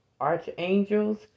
archangels